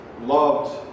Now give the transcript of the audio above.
loved